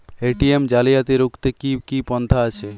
ATM জালিয়াতি রুখতে কি কি পন্থা আছে?